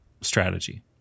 strategy